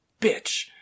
bitch